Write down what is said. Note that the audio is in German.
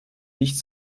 nicht